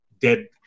dead